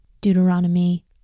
Deuteronomy